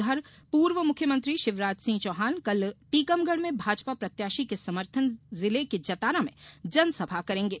उधर पूर्व मुख्यमंत्री शिवराज सिंह चौहान कल टीकमगढ़ में भाजपा प्रत्याशी के समर्थन जिले के जतारा में जनसभा करेंगे